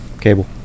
Cable